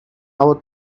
our